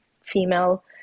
female